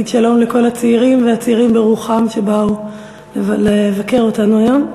רציתי להגיד שלום לכל הצעירים והצעירים ברוחם שבאו לבקר אותנו היום.